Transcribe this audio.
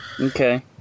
Okay